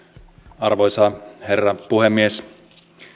arvoisa herra puhemies